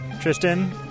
Tristan